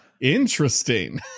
interesting